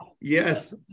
Yes